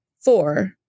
Four